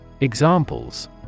Examples